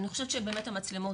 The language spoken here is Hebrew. אני חושבת שדובר על המצלמות,